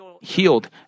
healed